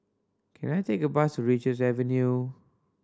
can I take a bus to Richards Avenue